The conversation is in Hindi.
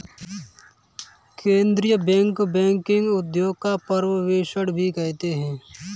केन्द्रीय बैंक बैंकिंग उद्योग का पर्यवेक्षण भी करते हैं